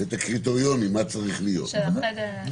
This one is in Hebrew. את הקריטריונים מה צריך להיות בחדר.